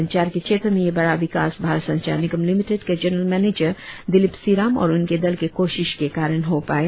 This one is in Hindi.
संचार के क्षेत्र में यह बड़ा विकास भारत संचार निगम लिमिटेड के जनरल मेनेजर दिलिप सिराम और उनके दल के कौशीश के कारण हो पाया